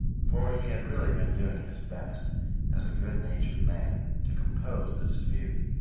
for he had really been doing his best as a good-natured man, to compose the dispute.